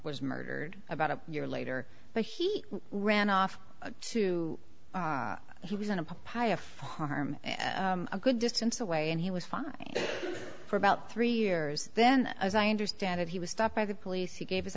was murdered about a year later but he ran off to he was in a pile of harm a good distance away and he was fine for about three years then as i understand it he was stopped by the police he gave